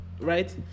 right